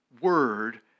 word